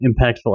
impactful